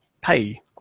pay